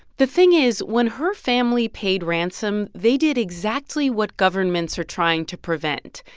the thing is when her family paid ransom, they did exactly what governments are trying to prevent.